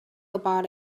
about